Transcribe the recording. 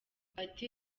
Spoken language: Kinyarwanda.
ati